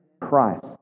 Christ